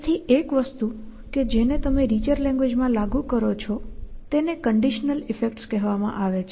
તેથી એક વસ્તુ કે જેને તમે રીચર લેંગ્વેજ માં લાગુ કરો છો તેને કંડિશનલ ઈફેક્ટ્સ કહેવામાં આવે છે